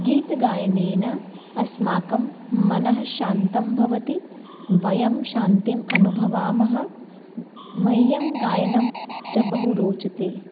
गीतगायनेन अस्माकं मनः शान्तं भवति वयं शान्तिम् अनुभवामः मह्यं गायनं च बहु रोचते